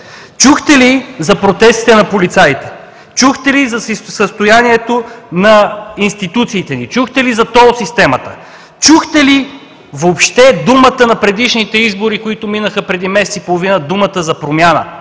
Чухте ли за протестите на полицаите? Чухте ли за състоянието на институциите ни? Чухте ли за тол системата? Чухте ли въобще в предишните избори, които минаха преди месец и половина, думата за промяна?